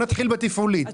בואו נתחיל בתפעולית.